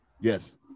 Yes